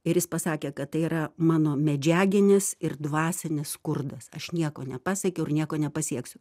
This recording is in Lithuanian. ir jis pasakė kad tai yra mano medžiaginis ir dvasinis skurdas aš nieko nepasiekiau ir nieko nepasieksiu